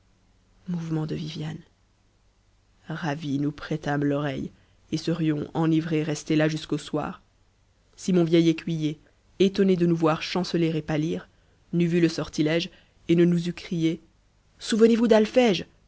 ravis nous prêtâmes l'oreille et serions enivrés restés là jusqu'au soir si mon vieil écuyer étonne de nous voir chanceler et pâlir n'eut vu le sortilège et ne nous eût crie souvenez-vous